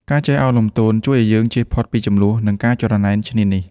ការចេះឱនលំទោនជួយឱ្យយើងជៀសផុតពីជម្លោះ និងការច្រណែនឈ្នានីស។